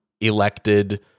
elected